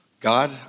God